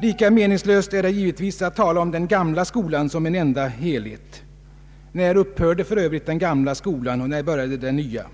Det är likaledes meningslöst att tala om den gamla skolan. När upphörde den gamla skolan, och när började den nya?